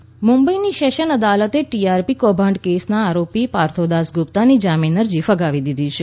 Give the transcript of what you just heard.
TRP કૌભાંડ મુંબઈની sessions અદાલતે ટીઆરપી કૌભાંડ કેસના આરોપી પાર્થો દાસગુપ્તાની જામીન અરજી ફગાવી દીધી છે